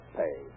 pay